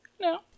No